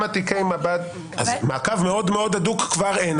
אז מעקב מאוד הדוק כבר אין,